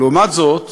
לעומת זאת,